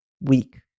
week